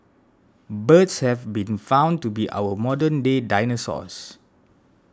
birds have been found to be our modern day dinosaurs